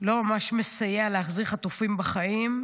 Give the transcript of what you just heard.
לא ממש מסייע להביא חטופים בחיים,